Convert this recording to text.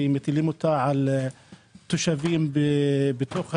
ומטילים אותה על תושבים בתוך היישובים.